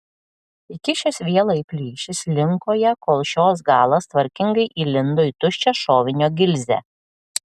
įkišęs vielą į plyšį slinko ją kol šios galas tvarkingai įlindo į tuščią šovinio gilzę